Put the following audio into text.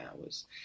hours